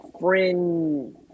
friend